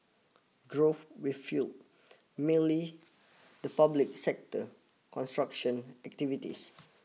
growth with fuelled mainly the public sector construction activities